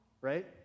right